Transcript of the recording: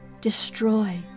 destroy